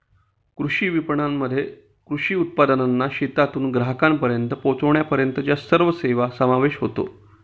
कृषी विपणनामध्ये कृषी उत्पादनांना शेतातून ग्राहकांपर्यंत पोचविण्यापर्यंतच्या सर्व सेवांचा समावेश होतो